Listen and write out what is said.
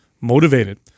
motivated